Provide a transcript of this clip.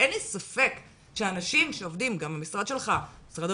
אין לי ספק שאנשים שעובדים, גם משרד הבריאות,